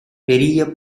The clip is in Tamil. பெரிய